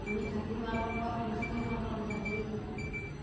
আমি থাকিও ভাল পালোঁ বা ফুৰি চাকিও ভাল পালোঁ থাকি